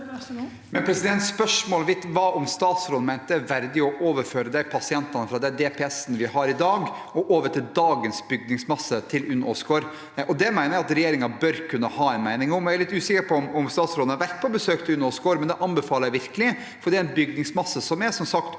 (H) Spørsmålet mitt var om statsråden mente det er verdig å overføre pasientene fra de DPS-ene vi har i dag, til dagens bygningsmasse ved UNN Åsgård. Det mener jeg at regjeringen bør kunne ha en mening om. Jeg er litt usikker på om statsråden har vært på besøk til UNN Åsgård, men det anbefaler jeg virkelig, for det er som sagt en bygningsmasse som er utslitt